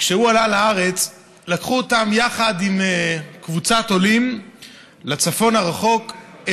שכשהוא עלה לארץ לקחו אותם יחד עם קבוצת עולים לצפון הרחוק,